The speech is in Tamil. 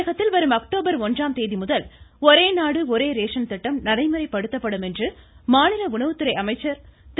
தமிழகத்தில் வரும் அக்டோபர் ஒன்றாம் தேதிமுதல் ஒரேநாடு ஒரே ரேசன் திட்டம் நடைமுறைப்படுத்தப்படும் என்று மாநில உணவுத்துறை அமைச்சர் திரு